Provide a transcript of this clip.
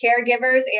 caregivers